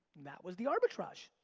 that was the arbitrage.